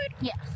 Yes